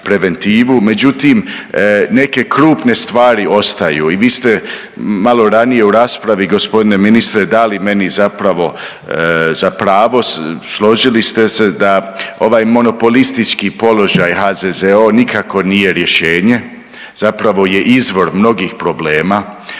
međutim neke krupne stvari ostaju i vi ste malo ranije u raspravi g. ministre dali meni zapravo, za pravo složili ste se da ovaj monopolistički položaj HZZO nikako nije rješenje, zapravo je izvor mnogih problema,